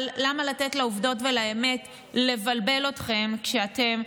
אבל למה לתת לעובדות ולאמת לבלבל אתכם כשאתם,